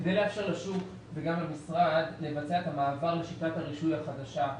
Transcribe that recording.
לשוק וגם למשרד לבצע את המעבר לשיטת הרישוי החדשה,